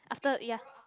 after ya